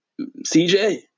CJ